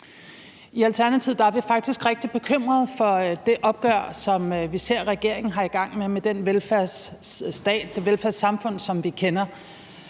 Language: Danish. I Alternativet er vi faktisk rigtig bekymrede for det opgør, som vi ser regeringen har gang i, med den velfærdsstat og det